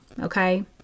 okay